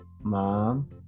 Mom